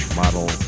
model